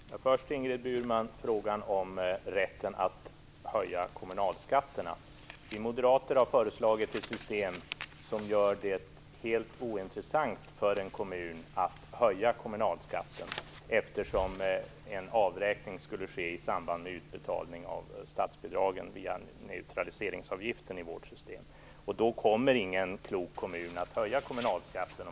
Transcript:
Fru talman! Först vill jag, Ingrid Burman, kommentera frågan om rätten att höja kommunalskatterna. Vi moderater har föreslagit ett system som gör det helt ointressant för en kommun att höja kommunalskatten, eftersom en avräkning skulle ske i samband med utbetalning av statsbidragen via neutraliseringsavgiften i vårt system. Då kommer ingen klok kommun att höja kommunalskatten.